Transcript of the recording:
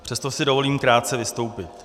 Přesto si dovolím krátce vystoupit.